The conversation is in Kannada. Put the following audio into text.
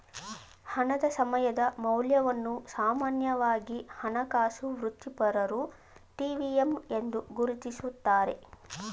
ಹಣದ ಸಮಯದ ಮೌಲ್ಯವನ್ನು ಸಾಮಾನ್ಯವಾಗಿ ಹಣಕಾಸು ವೃತ್ತಿಪರರು ಟಿ.ವಿ.ಎಮ್ ಎಂದು ಗುರುತಿಸುತ್ತಾರೆ